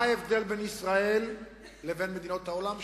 מה ההבדל בין ישראל לבין מדינות העולם?